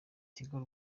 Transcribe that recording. tigo